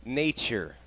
nature